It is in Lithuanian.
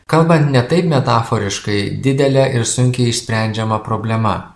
kalbant ne taip metaforiškai didele ir sunkiai išsprendžiama problema